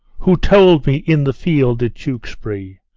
who told me, in the field at tewksbury,